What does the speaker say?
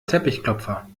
teppichklopfer